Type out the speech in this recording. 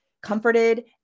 comforted